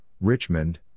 Richmond